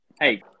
Hey